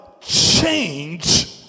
change